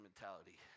mentality